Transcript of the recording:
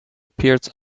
appeared